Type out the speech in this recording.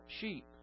sheep